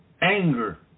anger